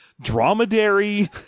dromedary